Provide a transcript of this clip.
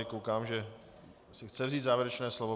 Koukám, že si chce vzít závěrečné slovo.